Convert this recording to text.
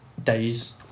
Days